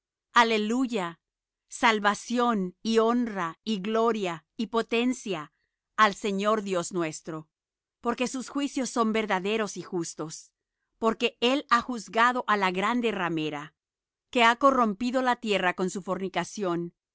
aleluya salvación y honra y gloria y potencia al señor dios nuestro porque sus juicios son verdaderos y justos porque él ha juzgado á la grande ramera que ha corrompido la tierra con su fornicación